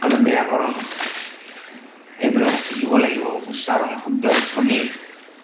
আমি ব্যাকৰণ এইবিলাক শিকিব লাগিব উচ্চাৰণ শুদ্ধ ধ্বনী